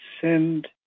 send